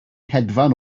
hedfan